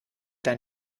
dein